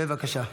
בבקשה.